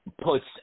puts